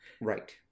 Right